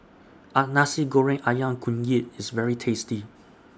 An Nasi Goreng Ayam Kunyit IS very tasty